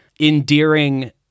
endearing